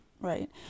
Right